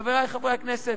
חברי חברי הכנסת,